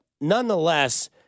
nonetheless